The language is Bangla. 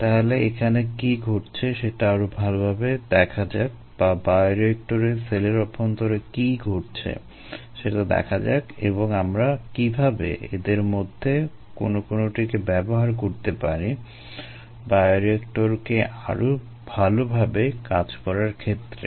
তাহলে এখানে কী ঘটছে সেটা আরো ভালভাবে দেখা যাক বা বায়োরিয়েক্টরে সেলের অভ্যন্তরে কী ঘটছে সেটা দেখা যাক এবং আমরা কীভাবে এদের মধ্যে কোনো কোনোটিকে ব্যবহার করতে পারি বায়োরিয়েক্টরকে আরো ভালোভাবে কাজ করার ক্ষেত্রে